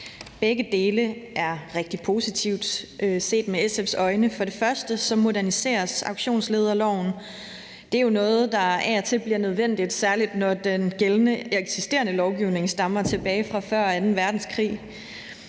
Begge dele er rigtig positivt set med SF's øjne. For det første moderniseres auktionslederloven. Det er jo noget, der af og til bliver nødvendigt, særlig når den eksisterende lovgivning stammer fra tiden før anden verdenskrig.